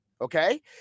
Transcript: Okay